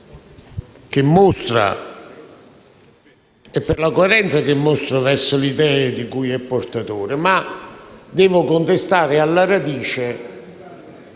che mostra verso le idee di cui è portatore, e devo contestare alla radice